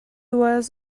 was